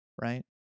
right